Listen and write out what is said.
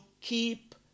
Keep